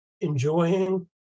enjoying